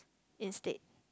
instead